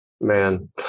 man